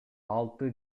алты